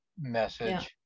message